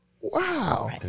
wow